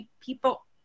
People